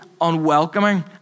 unwelcoming